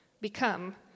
become